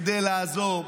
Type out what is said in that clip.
כדי לעזור,